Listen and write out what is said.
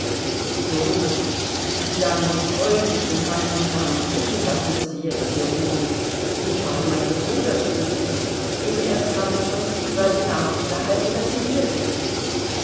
so sie sagen sie freuen sich und haben mich gar nicht wissen lassen daß sie jetzt hier wohnen ich habe meinen bruder zu besuch eben erst habe ich von stiwa die nachricht erhalten daß sie hier sind